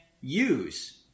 use